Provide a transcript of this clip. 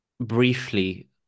briefly